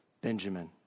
Benjamin